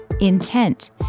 intent